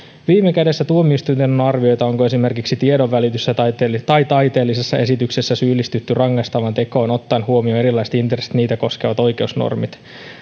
viime kädessä tuomioistuinten on arvioitava onko esimerkiksi tiedonvälityksessä tai taiteellisessa esityksessä syyllistytty rangaistavaan tekoon ottaen huomioon erilaiset intressit ja niitä koskevat oikeusnormit